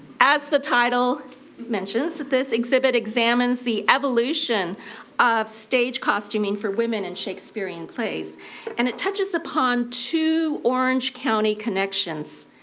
as the title mentions this exhibit examines the evolution of stage costuming for women in shakespearean plays and it touches upon two orange county connections.